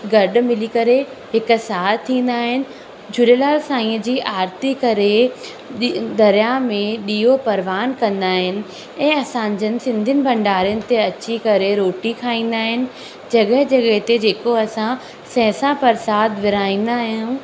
गॾु मिली करे हिकु साथ ईंदा आहिनि झूलेलाल साईं जी आरती करे दरियाह में ॾीओ परवानु कंदा आहिनि ऐं असां जिनि सिंधियुनि भंडारनि ते अची करे रोटी खाईंदा आहिनि जॻहि जॻहि ते जेको असां सेसा परसादु विरहाईंदा आहियूं